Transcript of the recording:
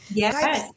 yes